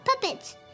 Puppets